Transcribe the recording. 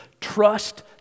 Trust